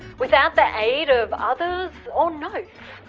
without the aid of others or notes.